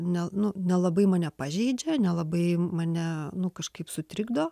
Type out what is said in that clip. ne nu nelabai mane pažeidžia nelabai mane nu kažkaip sutrikdo